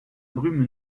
brume